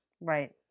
Right